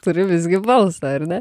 turi visgi balsą ar ne